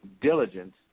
diligence